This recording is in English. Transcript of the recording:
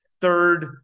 Third